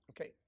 Okay